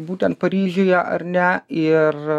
būtent paryžiuje ar ne ir